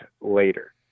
later